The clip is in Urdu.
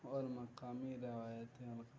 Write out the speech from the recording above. اور مقامی روایتں